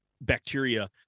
bacteria